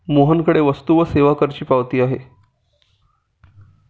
मोहनकडे वस्तू व सेवा करची पावती आहे